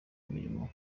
imirimo